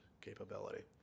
capability